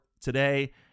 today